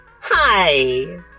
Hi